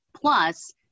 plus